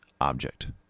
object